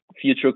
future